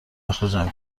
اخراجم